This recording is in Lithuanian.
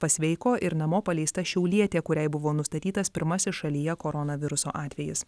pasveiko ir namo paleista šiaulietė kuriai buvo nustatytas pirmasis šalyje koronaviruso atvejis